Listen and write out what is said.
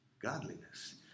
Godliness